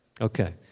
Okay